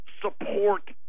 support